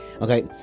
Okay